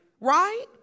Right